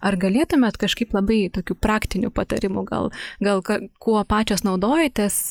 ar galėtumėt kažkaip labai tokių praktinių patarimų gal gal ką kuo pačios naudojatės